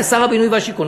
כשר הבינוי והשיכון,